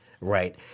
right